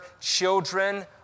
children